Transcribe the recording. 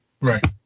right